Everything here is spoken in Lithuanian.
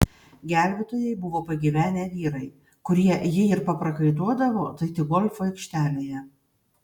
gelbėtojai buvo pagyvenę vyrai kurie jei ir paprakaituodavo tai tik golfo aikštelėje